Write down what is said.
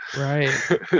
Right